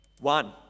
One